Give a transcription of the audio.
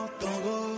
tango